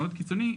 מאוד קיצוני,